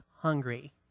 hungry